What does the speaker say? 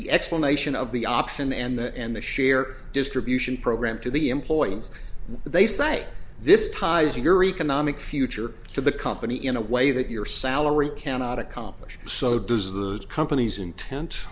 the explanation of the option and the and the share distribution program to the employee and they say this ties your economic future to the company in a way that your salary cannot accomplish so does the company's inten